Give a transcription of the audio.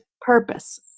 purpose